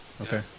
Okay